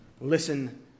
Listen